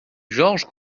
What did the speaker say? georges